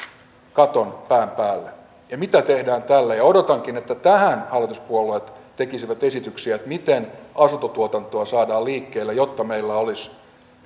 katon päänsä päälle ja mitä tehdään tälle odotankin että tähän hallituspuolueet tekisivät esityksiä että miten asuntotuotantoa saadaan liikkeelle jotta meillä olisi